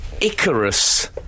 Icarus